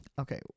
Okay